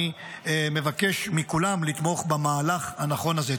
אני מבקש מכולם לתמוך במהלך הנכון הזה.